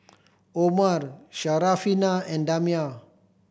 Omar Syarafina and Damia